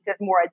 more